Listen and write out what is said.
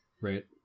Right